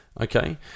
Okay